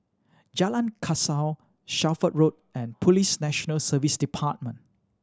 Jalan Kasau Shelford Road and Police National Service Department